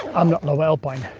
i'm not lowe alpine.